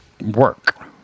work